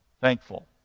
Thankful